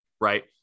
right